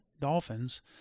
Dolphins